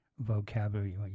vocabulary